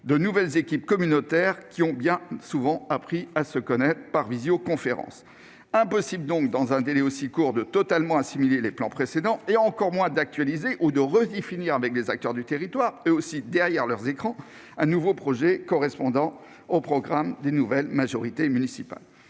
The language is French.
des nouvelles équipes communautaires, qui ont bien souvent appris à se connaître par visioconférence. Il est donc impossible dans un délai aussi court de totalement assimiler les plans précédents et d'actualiser ou de redéfinir avec les acteurs du territoire, eux aussi derrière leurs écrans, un nouveau projet correspondant au programme des nouvelles majorités municipales.